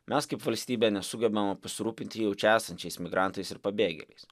mes kaip valstybė nesugebame pasirūpinti jau čia esančiais migrantais ir pabėgėliais